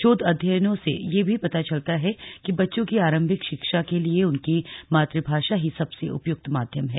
शोध अध्ययनों से यह भी पता चलता है कि बच्चों की आरंभिक शिक्षा के लिए उनकी मातृभाषा ही सबसे उपयुक्त माध्यम है